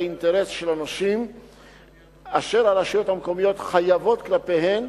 את האינטרס של הנושים אשר הרשויות המקומיות חייבות כלפיהם,